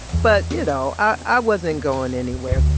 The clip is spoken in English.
but, you know, i wasn't going anywhere